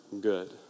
good